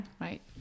Right